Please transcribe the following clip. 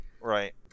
Right